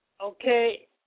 Okay